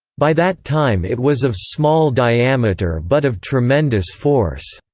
by that time it was of small diameter but of tremendous force,